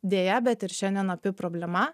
deja bet ir šiandien opi problema